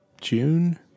June